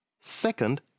Second